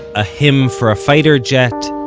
a hymn for a fighter jet,